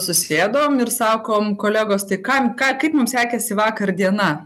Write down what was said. susėdom ir sakom kolegos tai kam ką kaip mum sekėsi vakar diena